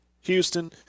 Houston